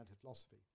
philosophy